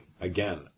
Again